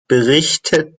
berichtet